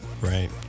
right